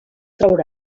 traurà